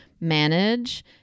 manage